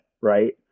Right